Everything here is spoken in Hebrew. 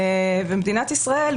ומדינת ישראל,